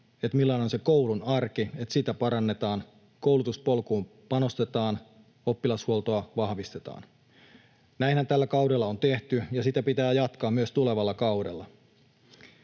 millainen on se koulun arki, että sitä parannetaan, koulutuspolkuun panostetaan, oppilashuoltoa vahvistetaan. Näinhän tällä kaudella on tehty, ja sitä pitää jatkaa myös tulevalla kaudella.